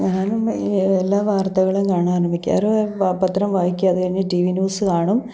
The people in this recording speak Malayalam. ഞാനും എ എല്ലാ വാർത്തകളും കാണാറുണ്ട് മിക്കവാറും പത്രം വായിക്കും അതു കഴിഞ്ഞ് ടി വി ന്യൂസ് കാണും